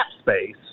space